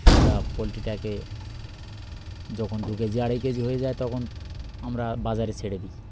আমরা পোল্ট্রিটাকে যখন দু কেজি আড়াই কেজি হয়ে যায় তখন আমরা বাজারে ছেড়ে দিই